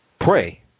pray